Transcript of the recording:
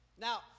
Now